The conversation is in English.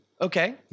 okay